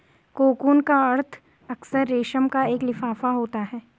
cocoon का अर्थ अक्सर रेशम का एक लिफाफा होता है